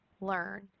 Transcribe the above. learn